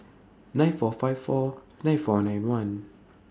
nine four five four nine four nine one